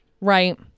Right